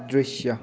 दृश्य